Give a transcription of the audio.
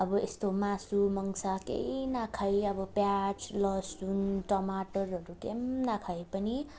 अब यस्तो मासुमङ्स केही नखाई अब प्याज लसुन टमाटरहरू के पनि नखाई पनि